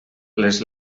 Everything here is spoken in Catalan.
les